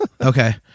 Okay